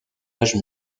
âge